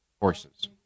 horses